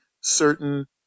certain